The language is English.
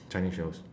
chinese shows